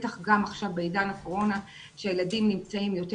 בטח גם עכשיו בעידן הקורונה שהילדים נמצאים יותר